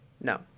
No